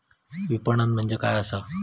विपणन म्हणजे काय असा?